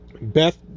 Beth